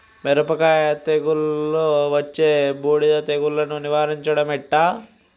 మిరపకాయ తెగుళ్లలో వచ్చే బూడిది తెగుళ్లను నివారించడం ఎట్లా?